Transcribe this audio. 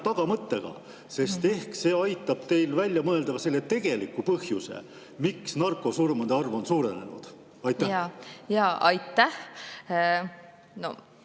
tagamõttega, sest ehk see aitab teil välja mõelda ka selle tegeliku põhjuse, miks narkosurmade arv on suurenenud. Aitäh,